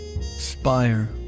Spire